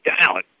down